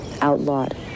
outlawed